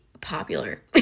popular